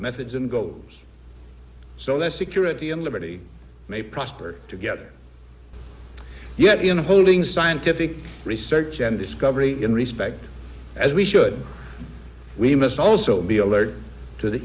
methods and go so the security and liberty may prosper together yet in holding scientific research and discovery in respect as we should we must also be alert to